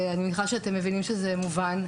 ואני מניחה שאתם מבינים שזה מובן.